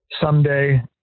someday